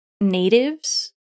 natives